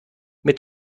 mit